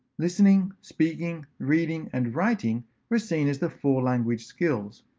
listening, speaking, reading, and writing were seen as the four language skills,